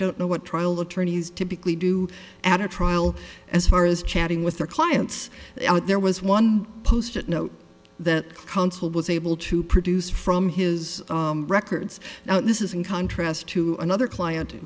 don't know what trial attorneys typically do at a trial as far as chatting with their clients there was one post it note that counsel was able to produce from his records now this is in contrast to another client